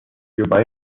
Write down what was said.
juba